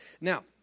Now